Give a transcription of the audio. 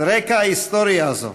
על רקע ההיסטוריה הזאת,